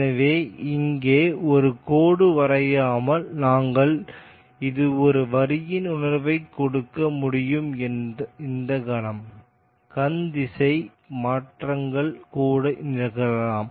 எனவே இங்கே ஒரு கோடு வரையாமல் நாங்கள் இது ஒரு வரியின் உணர்வைக் கொடுக்க முடியும் இந்த கணம் கண் திசை மாற்றங்கள் கூட நிகழலாம்